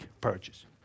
purchase